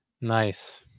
nice